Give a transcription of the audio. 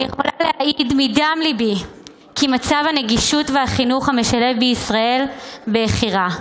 אני יכולה להעיד מדם ליבי כי מצב הנגישות והחינוך המשלב בישראל בכי רע,